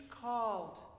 called